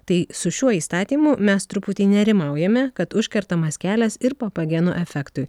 tai su šiuo įstatymu mes truputį nerimaujame kad užkertamas kelias ir papageno efektui